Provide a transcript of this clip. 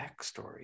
backstory